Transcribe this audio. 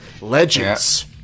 Legends